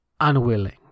unwilling